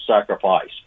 sacrifice